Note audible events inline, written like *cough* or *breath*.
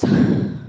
*breath*